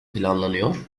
planlanıyor